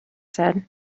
said